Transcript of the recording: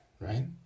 right